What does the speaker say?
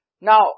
Now